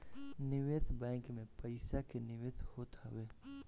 निवेश बैंक में पईसा के निवेश होत हवे